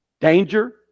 danger